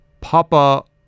Papa